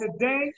today